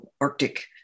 Arctic